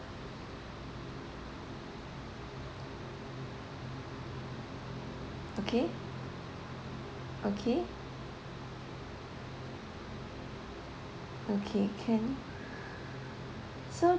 okay okay okay can so